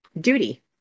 duty